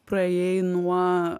praėjai nuo